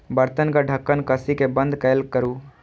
बर्तनक ढक्कन कसि कें बंद कैल करू